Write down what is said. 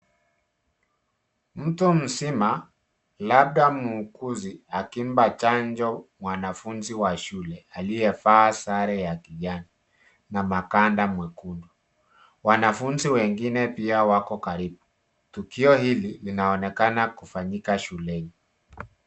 Mtu mzima, labda muuguzi, akimpa chanjo mwanafunzi wa shule, aliyevaa sare ya kijani, na makanda mwekundu. Wanafunzi wengine pia wako karibu. Tukio hili linaonekana kufanyika shuleni.